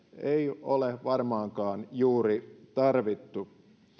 ei ole varmaankaan juuri tarvittu